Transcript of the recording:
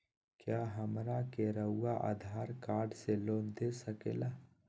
क्या हमरा के रहुआ आधार कार्ड से लोन दे सकेला?